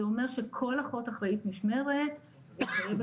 זה אומר שכל אחות אחראית משמרת חייבת